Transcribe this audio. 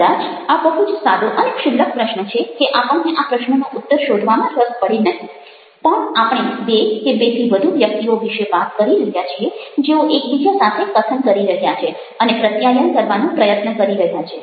કદાચ આ બહુ જ સાદો અને ક્ષુલ્લક પ્રશ્ન છે કે આપણને આ પ્રશ્નનો ઉત્તર શોધવામાં રસ પડે નહિ પણ આપણે બે કે બે થી વધુ વ્યક્તિઓ વિશે વાત કરી રહ્યા છીએ જેઓ એકબીજા સાથે કથન કરી રહ્યા છે અને પ્રત્યાયન કરવાનો પ્રયત્ન કરી રહ્યા છે